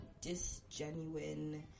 disgenuine